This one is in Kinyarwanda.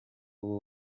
ubu